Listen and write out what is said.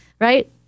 right